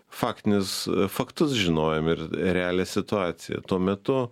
faktinius faktus žinojom ir realią situaciją tuo metu